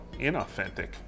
inauthentic